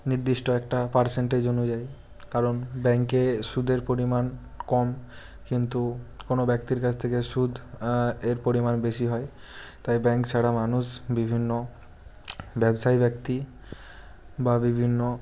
নির্দিষ্ট একটা পার্সেন্টেজ অনুযায়ী কারণ ব্যাংকে সুদের পরিমাণ কম কিন্তু কোনো ব্যক্তির কাছ থেকে সুদ এর পরিমাণ বেশি হয় তাই ব্যাংক ছাড়া মানুষ বিভিন্ন ব্যবসায়ী ব্যক্তি বা বিভিন্ন